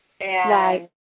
Right